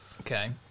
Okay